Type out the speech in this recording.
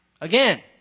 again